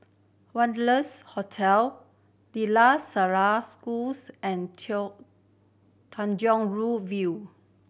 Wanderlust Hotel De La Salle Schools and Tanjong Rhu View